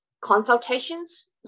consultations